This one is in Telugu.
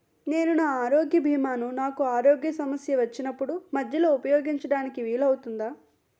నేను నా ఆరోగ్య భీమా ను నాకు ఆరోగ్య సమస్య వచ్చినప్పుడు మధ్యలో ఉపయోగించడం వీలు అవుతుందా?